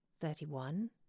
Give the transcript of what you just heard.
Thirty-one